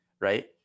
right